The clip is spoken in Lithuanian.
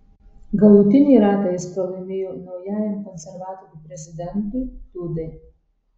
galutinį ratą jis pralaimėjo naujajam konservatorių prezidentui dudai